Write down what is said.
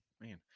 man